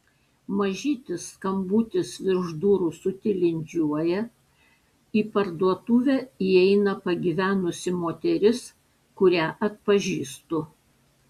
mažytis skambutis virš durų sutilindžiuoja į parduotuvę įeina pagyvenusi moteris kurią atpažįstu